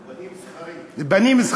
בנים זכרים.